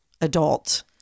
adult